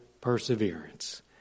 perseverance